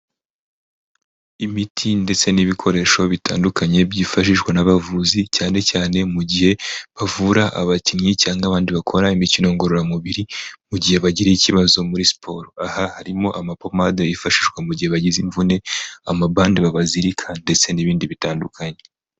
Imiti ndetse n'ibikoresho bitandukanye byifashishwa n'abavuzi cyane cyane mu gihe bavura abakinnyi cyangwa abandi bakora imikino ngororamubiri mu gihe bagiriye ikibazo muri siporo, aha harimo amapomade yifashishwa mu gihe bagize imvune, amabande babazirika, ndetse n'ibindi bitandukanye.